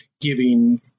giving